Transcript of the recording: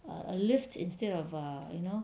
err a lift instead of err you know